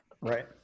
right